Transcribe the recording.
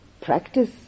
practice